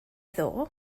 ddoe